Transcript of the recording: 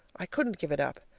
i couldn't give it up,